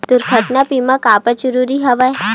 दुर्घटना बीमा काबर जरूरी हवय?